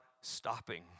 stopping